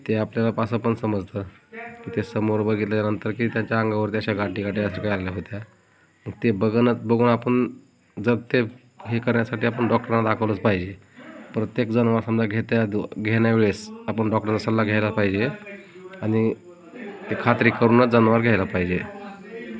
ते आपल्याला पासून पण समजतं की ते समोर बघितल्यानंतर की त्यांच्या अंगावर त्या अशा गाठी गाठी अशा आल्या होत्या ते बघनत बघून आपण जर ते हे करायसाठी आपण डॉक्टरांना दाखवलंच पाहिजे प्रत्येक जनावर समजा घेत्या द घेण्यावेळेस आपण डॉक्टरांना सल्ला घ्यायला पाहिजे आणि ते खात्री करूनच जनावर घ्यायला पाहिजे